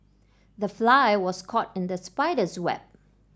the fly was caught in the spider's web